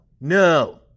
No